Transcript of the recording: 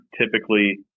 typically